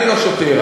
אני לא שוטר,